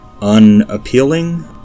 unappealing